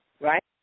right